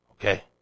Okay